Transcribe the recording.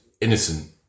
innocent